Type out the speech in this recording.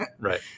Right